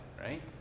right